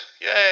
Yay